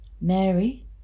Mary